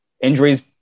Injuries